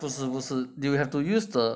you have to use the